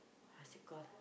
what's it call